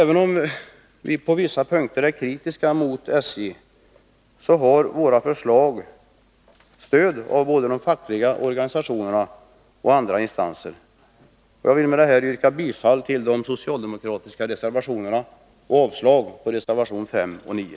Även om vi på vissa punkter är kritiska mot SJ har våra förslag stöd av både de fackliga organisationerna och andra instanser. Jag vill med detta yrka bifall till de socialdemokratiska reservationerna och avslag på reservationerna 5 och 9.